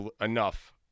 enough